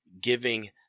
giving